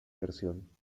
versión